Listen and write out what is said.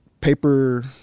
paper